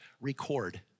record